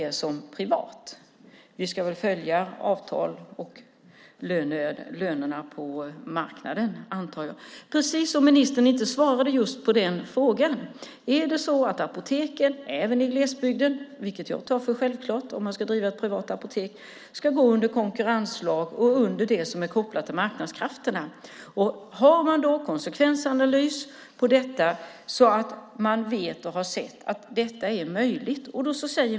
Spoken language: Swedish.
Jag antar att vi ska följa avtal om löner och annat på marknaden. Ministern svarade inte på frågan. Är det så att apoteken även i glesbygden ska lyda under konkurrenslag och under det som är kopplat till marknadskrafterna? Jag tar för givet att det är så om man ska driva ett privat apotek. Har man gjort en konsekvensanalys av detta så att man vet och har sett att det är möjligt?